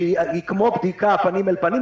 שהיא כמו בדיקה פנים אל פנים,